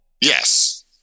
Yes